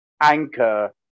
anchor